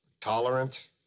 tolerant